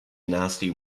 nasty